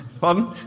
pardon